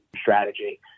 strategy